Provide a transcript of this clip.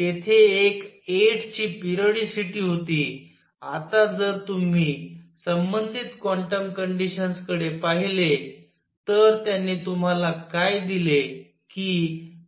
तेथे एक 8 ची पेरिओडीसिटी होती आता जर तुम्ही संबंधित क्वांटम कंडिशन्स कडे पहिले तर त्यांनी तुम्हाला काय दिले कि